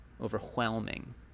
overwhelming